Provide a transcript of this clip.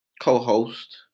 co-host